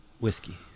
whiskey